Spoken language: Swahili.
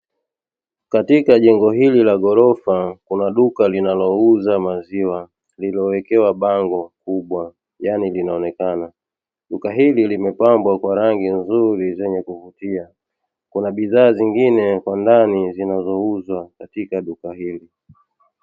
Katika jengo hili la ghorofa kuna duka linalouza maziwa lililowekewa bango kubwa yaani linaonekana, duka hili limepambwa kwa rangi nzuri zenye kuvutia. Kuna bidhaa zingine kwa ndani zinazouzwa katika duka hili.